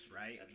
right